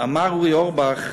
אמר אורי אורבך,